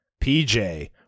PJ